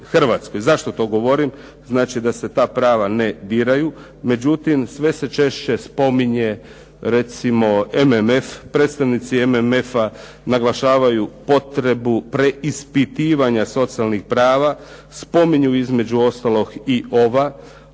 Zašto to govorim? Znači da se ta prava ne diraju. Međutim, sve se češće spominje recimo MMF, predstavnici MMF-a naglašavaju potrebu preispitivanja socijalnih prava, spominju između ostalog i ova,